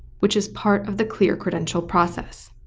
which is part of the clear credential process.